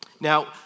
Now